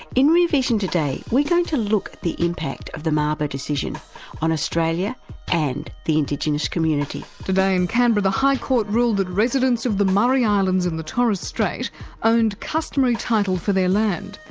in rear vision today we're going to look at the impact the mabo decision on australia and the indigenous community. today in canberra the high court ruled that residents of the murray islands in the torres strait owned customary title for their land.